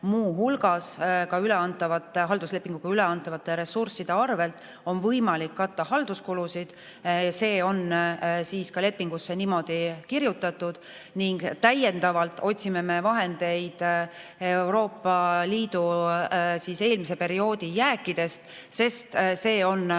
muu hulgas ka halduslepinguga üleantavate ressursside arvel on võimalik katta halduskulusid. See on ka lepingusse niimoodi kirjutatud. Täiendavalt otsime vahendeid Euroopa Liidu eelmise perioodi jääkidest, sest Euroopa